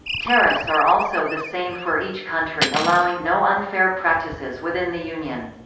tariffs are also the same for each country allowing no unfair practices within the union.